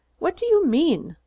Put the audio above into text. what do you mean?